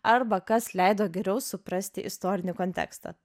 arba kas leido geriau suprasti istorinį kontekstą